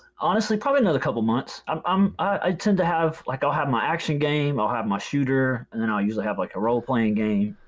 honestly, probably another couple of months. um um i tend to have, like i'll have my action game. i'll have my shooter. and then i'll usually have like a role-playing game.